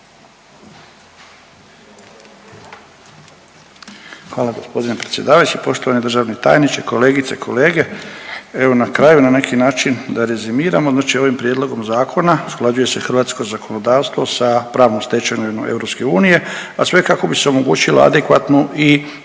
Hvala g. predsjedavajući, poštovani državni tajniče, kolegice i kolege. Evo na kraju na neki način da rezimiramo, znači ovim prijedlogom zakona usklađuje se hrvatsko zakonodavstvo sa pravnom stečevinom EU, a sve kako bi se omogućilo adekvatnu i